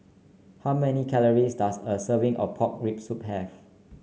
how many calories does a serving of Pork Rib Soup have